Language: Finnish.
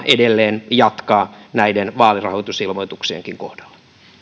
edelleen jatkaa näiden vaalirahoitusilmoituksienkin kohdalla